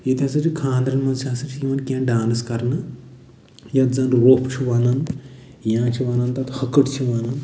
ییٚتہِ ہسا چھِ خانٛدرَن منٛز تہِ ہسا چھِ یِوان کیٚنٛہہ ڈانَس کَرنہٕ یَتھ زَن روٚف چھِ وَنان یا چھِ وَنان تَتھ ہکٔٹۍ چھِ وَنان